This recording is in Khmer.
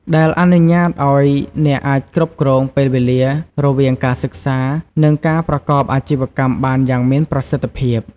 ដែលអនុញ្ញាតឲ្យអ្នកអាចគ្រប់គ្រងពេលវេលារវាងការសិក្សា និងការប្រកបអាជីវកម្មបានយ៉ាងមានប្រសិទ្ធភាព។